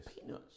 peanuts